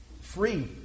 free